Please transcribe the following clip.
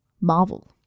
Marvel